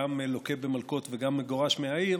גם לוקה במלקות וגם מגורש מהעיר,